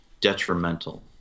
detrimental